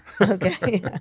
Okay